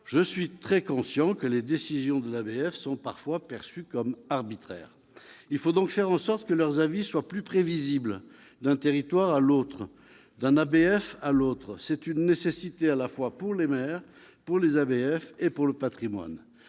Je suis très conscient que les décisions des ABF sont parfois perçues comme arbitraires. Il faut donc faire en sorte que leurs avis soient plus prévisibles, d'un territoire à l'autre, d'un ABF à l'autre. C'est une nécessité à la fois pour les maires, pour les ABF et pour le patrimoine.